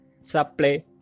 supply